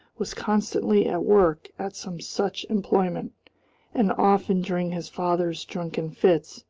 was constantly at work at some such employment and often, during his father's drunken fits,